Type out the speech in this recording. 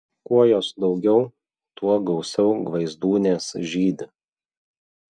kuo jos daugiau tuo gausiau gvaizdūnės žydi